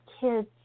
kids